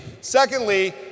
Secondly